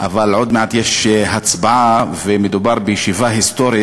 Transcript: אבל עוד מעט יש הצבעה, ומדובר בישיבה היסטורית: